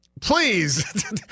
Please